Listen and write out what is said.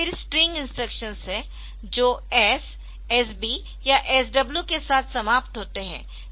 फिर string instructions है जो S SB या SW के साथ समाप्त होते है